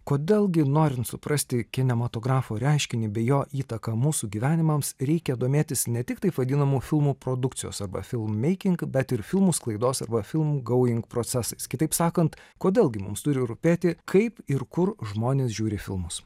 kodėl gi norint suprasti kinematografo reiškinį bei jo įtaką mūsų gyvenimams reikia domėtis ne tik taip vadinamu filmų produkcijos arba filmeiking bet ir filmų sklaidos arba filmų goings procesais kitaip sakant kodėl gi mums turi rūpėti kaip ir kur žmonės žiūri filmus